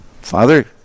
father